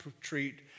treat